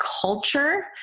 culture